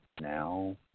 now